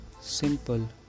simple